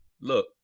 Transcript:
look